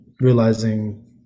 realizing